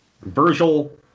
Virgil